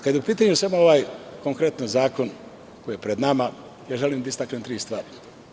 Kada je u pitanju ovaj konkretno zakon koji je pred nama, želim da istaknem tri stvari.